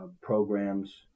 programs